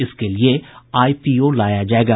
इसके लिए आईपीओ लाया जायेगा